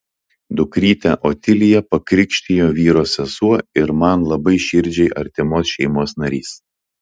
dukrytę otiliją pakrikštijo vyro sesuo ir man labai širdžiai artimos šeimos narys